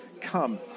come